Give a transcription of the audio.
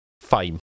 Fame